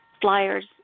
flyers